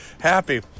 happy